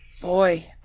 Boy